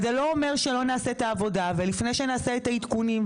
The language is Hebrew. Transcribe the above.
זה לא אומר שלא נעשה את העבודה ולפני שנעשה את העדכונים,